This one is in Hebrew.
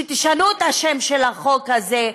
שתשנו את השם של החוק הזה,